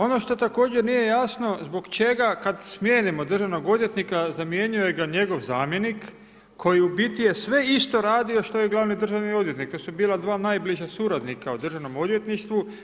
Ono što također nije jasno, zbog čega kad smijenimo državnog odvjetnika, zamjenjuje ga njegov zamjenik koji u biti je sve isto radio što je glavni državni odvjetnik, to su bila dva najbliža suradnika u Državnom odvjetništvu.